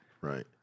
Right